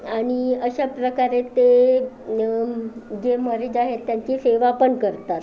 आणि अशा प्रकारे ते जे मरीज आहेत त्यांची सेवा पण करतात